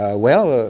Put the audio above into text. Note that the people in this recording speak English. ah well, ah